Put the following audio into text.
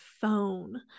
phone